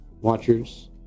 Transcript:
watchers